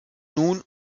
nun